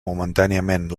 momentàniament